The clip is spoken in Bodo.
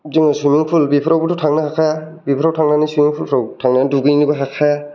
जोङो सुइमिं फुल बेफोरावबोथ' थांनो हाखाया बेफोराव थांनानै सुइमिं फुलफ्राव थांनानै दुगै हैनोबो हाखाया